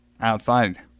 outside